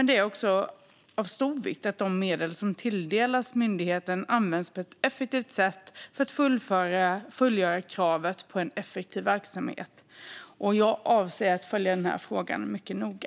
Det är av stor vikt att de medel som tilldelas myndigheten används på ett effektivt sätt för att fullgöra kravet på en effektiv verksamhet. Jag avser att följa denna fråga mycket noga.